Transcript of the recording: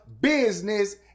business